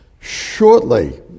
shortly